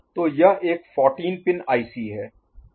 तो यह एक 14 पिन आईसी है